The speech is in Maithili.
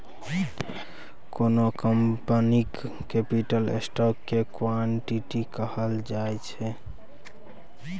कोनो कंपनीक कैपिटल स्टॉक केँ इक्विटी कहल जाइ छै